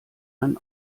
einen